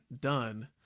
done